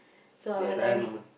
so I was running